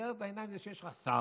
מנקר את העיניים זה שיש לך שר,